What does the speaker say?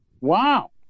wow